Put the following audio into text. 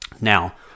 Now